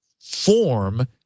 form